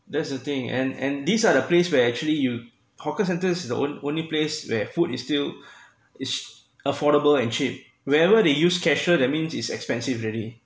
that's the thing and and these are the place where actually you hawker centres is the on~ only place where food is still is affordable and cheap wherever they use cashless that means it's expensive already